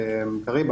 קריב,